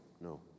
no